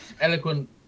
Eloquent